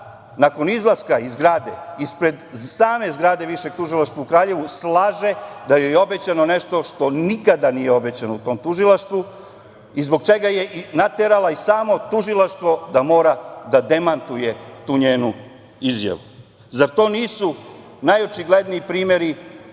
nakon izlaska iz zgrade, ispred same zgrade Višeg tužilaštva u Kraljevu slaže da joj je obećano nešto što nikada nije obećano u tom tužilaštvu i zbog čega je naterala i samo tužilaštvo da mora da demantuje tu njenu izjavu? Zar to nisu najočigledniji primeri